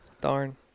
Darn